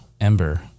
Ember